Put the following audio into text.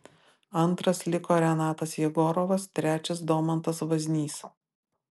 antras liko renatas jegorovas trečias domantas vaznys